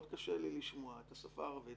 מאוד קשה לי לשמוע את השפה הערבית,